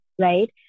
right